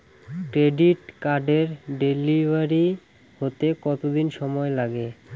Credit কার্ডের delivery হতে কতদিন সময় লাগে?